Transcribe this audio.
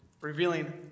revealing